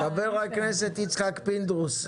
חבר הכנסת יצחק פינדרוס,